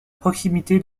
proximité